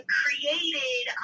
created